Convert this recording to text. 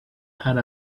had